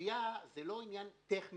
גבייה זה לא עניין טכני.